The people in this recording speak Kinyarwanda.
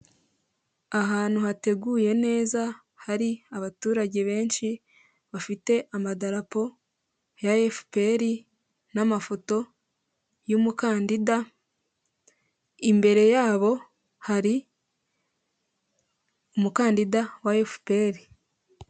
Ahantu hateguye neza, hari abaturage benshi bafite amadarapo ya FPR n'amafoto y'umukandida, imbere yabo hari umukandida wa FPR.